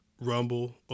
Rumble